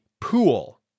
pool